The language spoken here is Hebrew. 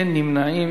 אין נמנעים.